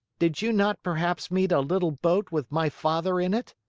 did you not perhaps meet a little boat with my father in it?